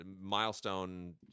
milestone